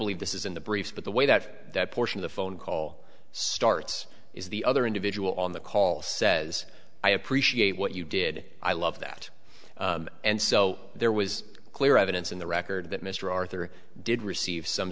believe this is in the briefs but the way that that portion of the phone call starts is the other individual on the call says i appreciate what you did i love that and so there was clear evidence in the record that mr arthur did receive some